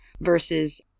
versus